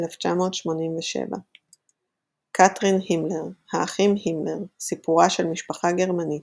1987. קטרין הימלר האחים הימלר-סיפורה של משפחה גרמנית,